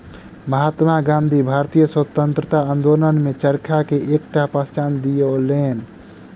महात्मा गाँधी भारतीय स्वतंत्रता आंदोलन में चरखा के एकटा पहचान दियौलैन